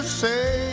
say